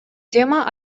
тема